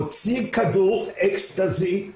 הוציא כדור אקסטזי,